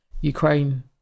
Ukraine